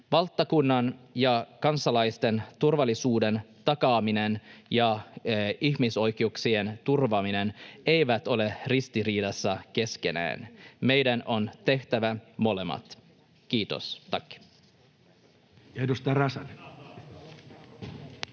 Valtakunnan ja kansalaisten turvallisuuden takaaminen ja ihmisoikeuksien turvaaminen eivät ole ristiriidassa keskenään. Meidän on tehtävä molemmat. — Kiitos,